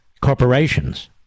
corporations